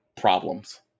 problems